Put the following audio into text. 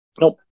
Nope